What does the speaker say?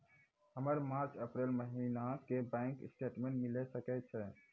हमर March April महीना के बैंक स्टेटमेंट मिले सकय छै?